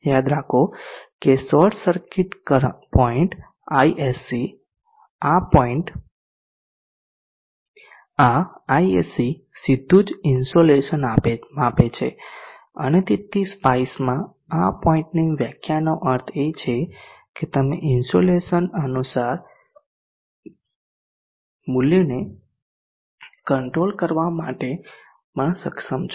યાદ રાખો કે શોર્ટ સર્કિટ પોઇન્ટ ISC આ પોઈન્ટ આ ISC સીધું જ ઇન્સોલેશન માપે છે અને તેથી SPICEમાં આ પોઈન્ટની વ્યાખ્યાનો અર્થ એ છે કે તમે ઇન્સોલેશન અનુસાર મૂલ્યને કંટ્રોલ કરવા માટે પણ સક્ષમ છો